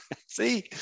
see